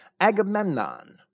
Agamemnon